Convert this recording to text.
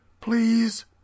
Please